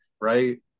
right